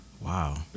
Wow